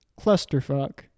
clusterfuck